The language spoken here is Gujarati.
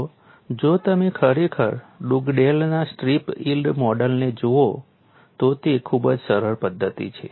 જુઓ જો તમે ખરેખર ડુગડેલના સ્ટ્રીપ યીલ્ડ મોડેલને જુઓ તો તે ખૂબ જ સરળ પદ્ધતિ છે